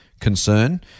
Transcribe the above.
concern